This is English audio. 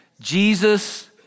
Jesus